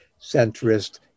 centrist